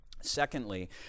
Secondly